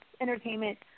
entertainment